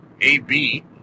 A-B